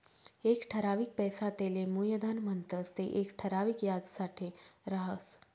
एक ठरावीक पैसा तेले मुयधन म्हणतंस ते येक ठराविक याजसाठे राहस